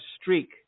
streak